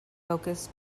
focus